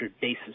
basis